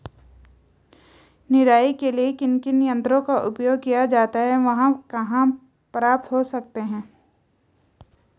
निराई के लिए किन किन यंत्रों का उपयोग किया जाता है वह कहाँ प्राप्त हो सकते हैं?